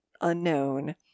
unknown